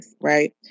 Right